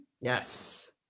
Yes